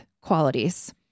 qualities